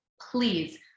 please